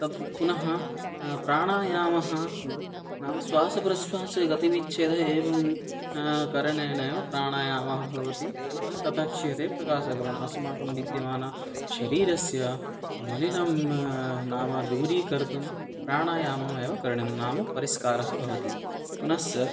तत्तत् पुनः प्राणायामः नाम शासप्रश्वासगतिविच्छेदः एवं करणेनैव प्राणायामः भवति पुनः तथाक्षेपे प्रकाशपूरणम् अस्माकं विद्यमानशरीरस्य मलिनं नाम दूरीकर्तुं प्राणायाममेव करणीयं नाम परिस्कारः भवति पुनश्च